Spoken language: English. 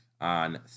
on